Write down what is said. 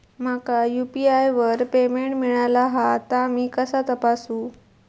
माका यू.पी.आय वर पेमेंट मिळाला हा ता मी कसा तपासू?